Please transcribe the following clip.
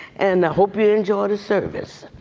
and hope you enjoy the service